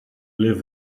live